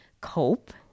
cope